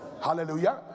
Hallelujah